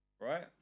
right